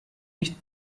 nicht